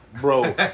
bro